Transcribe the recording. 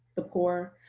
the poor,